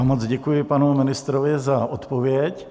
Moc děkuji panu ministrovi za odpověď.